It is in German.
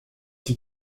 die